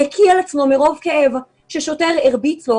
מקיא על עצמו מרוב כאב כי שוטר הרביץ לו,